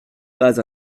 pas